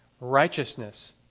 righteousness